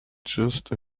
just